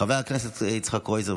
חבר הכנסת יצחק קרויזר,